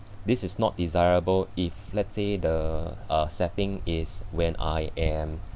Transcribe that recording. this is not desirable if let's say the uh setting is when I am